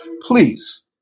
please